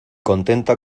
contenta